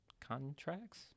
contracts